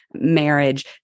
marriage